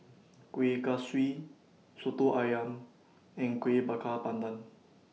Kueh Kaswi Soto Ayam and Kueh Bakar Pandan